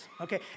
okay